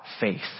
faith